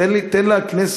תן לנו,